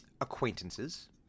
acquaintances